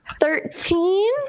Thirteen